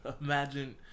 imagine